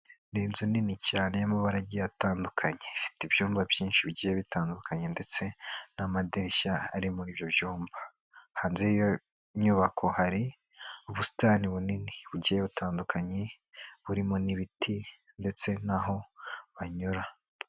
Ni inzu nini cyane ya mabara agiye atandukanye, ifite ibyumba byinshi bigiye bitandukanye ndetse n'amadirishya ari muri ibyo byumba, hanze y'iyo nyubako hari ubusitani bunini bugiye butandukanye, burimo n'ibiti ndetse n'aho banyura.